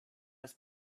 was